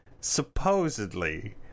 supposedly